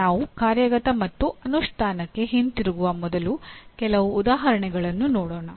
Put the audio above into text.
ನಾವು ಕಾರ್ಯಗತ ಮತ್ತು ಅನುಷ್ಠಾನಕ್ಕೆ ಹಿಂತಿರುಗುವ ಮೊದಲು ಕೆಲವು ಉದಾಹರಣೆಗಳನ್ನು ನೋಡೋಣ